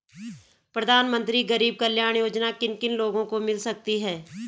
प्रधानमंत्री गरीब कल्याण योजना किन किन लोगों को मिल सकती है?